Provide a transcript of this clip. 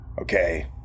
Okay